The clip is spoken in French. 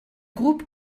groupe